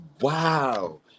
Wow